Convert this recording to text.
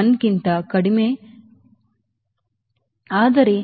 1 ಕ್ಕಿಂತ ಕಡಿಮೆ ಆದರೆ